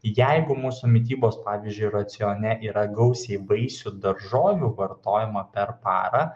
jeigu mūsų mitybos pavyzdžiui racione yra gausiai vaisių daržovių vartojimo per parą